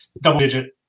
double-digit